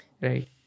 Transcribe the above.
Right